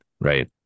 right